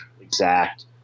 exact